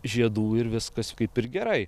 žiedų ir viskas kaip ir gerai